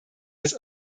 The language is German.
das